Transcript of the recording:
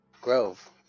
Grove